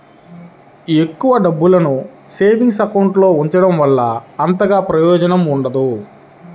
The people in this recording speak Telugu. ఎక్కువ డబ్బుల్ని సేవింగ్స్ అకౌంట్ లో ఉంచడం వల్ల అంతగా ప్రయోజనం ఉండదు